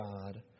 God